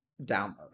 download